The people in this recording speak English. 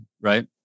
right